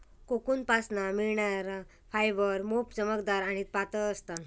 कोकूनपासना मिळणार फायबर मोप चमकदार आणि पातळ असता